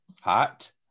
hot